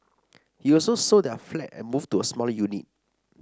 he also sold their flat and moved to a smaller unit